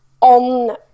on